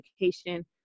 education